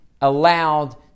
allowed